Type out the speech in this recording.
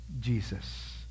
Jesus